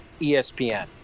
ESPN